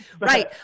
Right